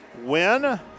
win